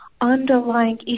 underlying